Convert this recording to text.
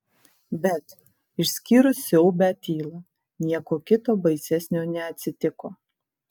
bet išskyrus siaubią tylą nieko kita baisesnio neatsitiko